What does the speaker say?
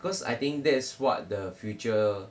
cause I think that's what the future